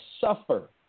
suffer